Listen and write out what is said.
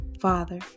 Father